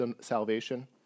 salvation